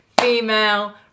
female